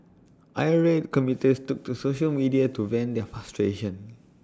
irate commuters took to social media to vent their frustration